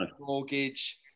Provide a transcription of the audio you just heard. mortgage